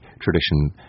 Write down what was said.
tradition